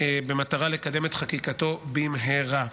במטרה לקדם את חקיקתו במהרה.